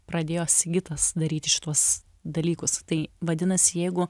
pradėjo sigitas daryti šituos dalykus tai vadinasi jeigu